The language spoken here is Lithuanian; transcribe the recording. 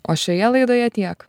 o šioje laidoje tiek